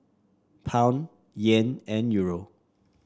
Pound Yen and Euro